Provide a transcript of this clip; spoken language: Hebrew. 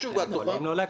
תנו לו לדבר.